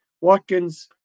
Watkins